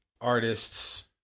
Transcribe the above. artists